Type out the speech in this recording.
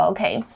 Okay